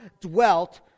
dwelt